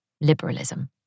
liberalism